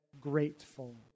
grateful